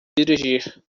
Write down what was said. dirigir